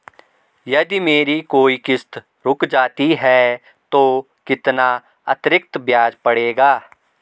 यदि मेरी कोई किश्त रुक जाती है तो कितना अतरिक्त ब्याज पड़ेगा?